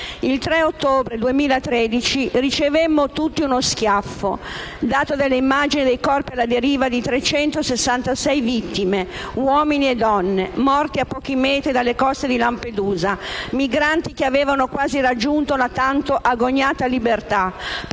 Il 3 ottobre 2013 ricevemmo tutti uno schiaffo, dato dalle immagini dei corpi alla deriva di 366 vittime, uomini e donne, morti a pochi metri dalle coste di Lampedusa, migranti che avevano quasi raggiunto la tanto agognata libertà,